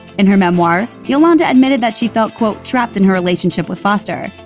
in her memoir, yolanda admitted that she felt quote trapped in her relationship with foster.